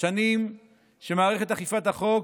שנים שמערכת אכיפת החוק